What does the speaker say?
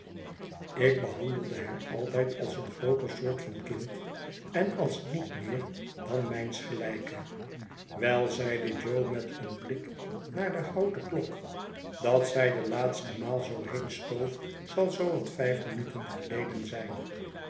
ik behandelde hem altijd als een grooter soort van kind en als niet meer dan mijns gelijke wei zeide jo met een blik naar de houten klok dat zij de laatste maal zoo heenstoof zal zoowat vijt minuten geleden zijn